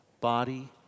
body